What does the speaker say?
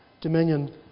dominion